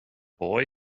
boy